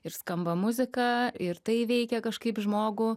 ir skamba muzika ir tai veikia kažkaip žmogų